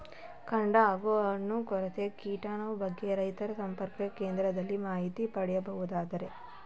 ಕಾಂಡ ಹಾಗೂ ಹಣ್ಣು ಕೊರಕ ಕೀಟದ ಬಗ್ಗೆ ರೈತ ಸಂಪರ್ಕ ಕೇಂದ್ರದಲ್ಲಿ ಮಾಹಿತಿ ಪಡೆಯಬಹುದೇ?